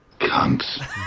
Cunts